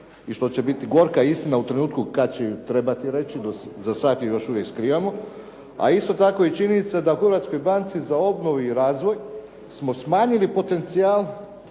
i što će biti gorka istina u trenutku kada će im trebati reći, za sada ih još uvijek skrivamo. A isto tako i činjenica da u Hrvatskoj banci za obnovu i razvoj smo smanjili potencijal,